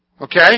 Okay